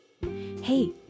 Hey